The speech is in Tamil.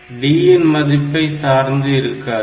D இன் மதிப்பைப் சார்ந்து இருக்காது